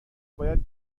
باید